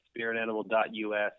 spiritanimal.us